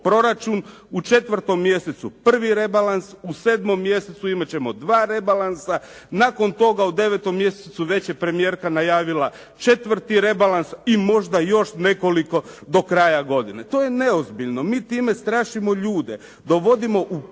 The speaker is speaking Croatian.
proračun, u 4. mjesecu prvi rebalans, u 7. mjesecu imat ćemo 2 rebalansa, nakon toga u 9. mjesecu već je premijerka najavila 4 rebalans i možda još nekoliko do kraja godine. To je neozbiljno. Mi time strašimo ljude. Dovodimo u pitanje